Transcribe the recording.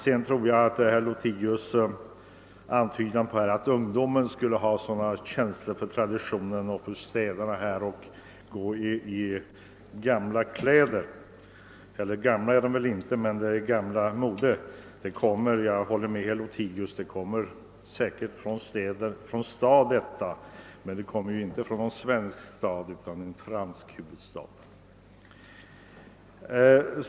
Herr Lothigius antydde att ungdomarna, som går i kläder enligt gammalt mode skulle ha speciell känsla för städernas traditioner. Jag håller med herr Lothigius om att detta mode kommer från staden, men inte från någon svensk stad, utan från den franska huvudstaden.